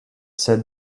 said